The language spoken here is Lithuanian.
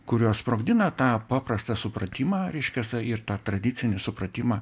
kurios sprogdina tą paprastą supratimą reiškias ir tą tradicinį supratimą